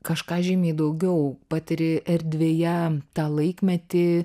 kažką žymiai daugiau patiri erdvėje tą laikmetį